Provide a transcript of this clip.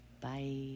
Bye